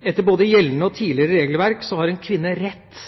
Etter både gjeldende og tidligere regelverk har en kvinne rett